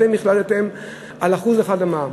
החלטתם על 1% במע"מ,